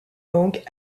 langue